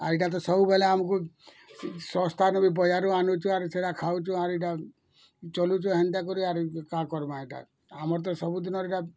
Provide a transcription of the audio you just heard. ଆଉ ଏଇଟା ତ ସବୁବେଲେ ଆମକୁ ଶସ୍ତାରୁ ବି ବଜାରରୁ ଆନୁଛୁ ଆରୁ ସେଇଟା ଖାଉଛୁ ଆର୍ ଏଇଟା ଚଲୁଛୁ ହେନ୍ତା କରି ଆରୁ କାଁ କରମା ଏଇଟା ଆମର୍ ତ ସବୁଦିନର